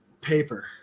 Paper